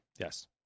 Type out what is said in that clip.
Yes